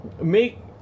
make